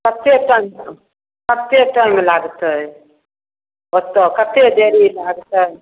कतेक टेन्शन कतेक टाइम लागतै ओतऽ कतेक देरी लागतै